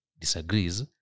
disagrees